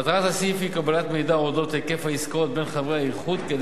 מטרת הסעיף היא קבלת מידע על היקף העסקאות בין חברי האיחוד כדי